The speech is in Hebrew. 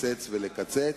לקצץ ולקצץ,